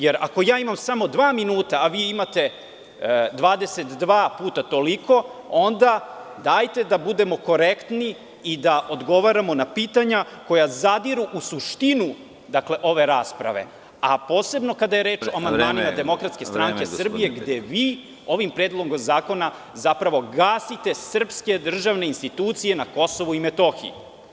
Jer, ako ja imam samo dva minuta, a vi imate 22 puta toliko, onda dajte da budemo korektni da odgovaramo na pitanja koja zadiru u suštinu ove rasprave, a posebno kada je reč o amandmanima DSS, gde vi ovim predlogom zakona zapravo gasite srpske državne institucije na Kosovu i Metohiji.